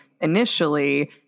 initially